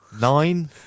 Nine